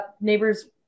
neighbors